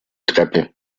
treppe